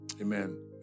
Amen